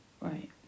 Right